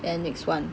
and next one